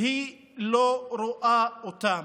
היא לא רואה אותם,